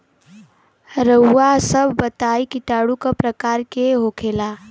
रउआ सभ बताई किटाणु क प्रकार के होखेला?